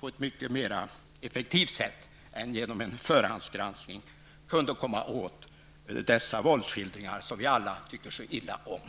på ett mycket mer effektivt sätt än genom en förhandsgranskning kunde komma åt dessa våldsskildringar som vi alla tycker så illa om.